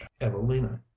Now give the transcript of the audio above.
evelina